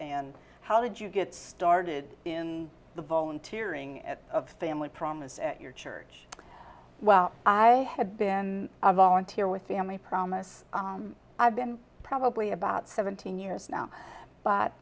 band how did you get started in the volunteering of family promise at your church well i had been a volunteer with them i promise i've been probably about seventeen years now but